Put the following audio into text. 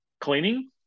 cleaning